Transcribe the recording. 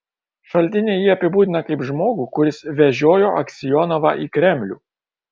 šaltiniai jį apibūdina kaip žmogų kuris vežiojo aksionovą į kremlių